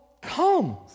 comes